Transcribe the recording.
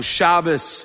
Shabbos